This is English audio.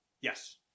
Yes